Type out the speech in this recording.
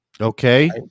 Okay